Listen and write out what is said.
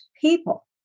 people